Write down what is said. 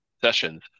sessions